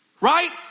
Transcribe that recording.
Right